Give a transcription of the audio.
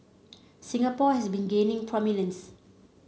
Singapore has been gaining prominence